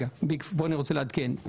אני רוצה לעדכן.